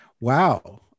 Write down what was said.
Wow